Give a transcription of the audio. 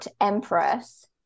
Empress